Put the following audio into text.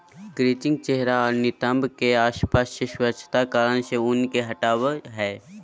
crutching चेहरा आर नितंब के आसपास से स्वच्छता कारण से ऊन के हटावय हइ